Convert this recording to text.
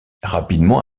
rapidement